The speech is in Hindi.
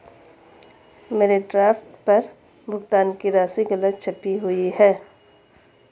मेरे ड्राफ्ट पर भुगतान की राशि गलत छपी हुई है